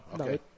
Okay